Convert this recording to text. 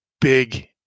big